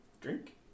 Drink